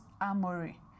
armory